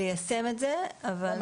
ליישם את זה אבל --- למה?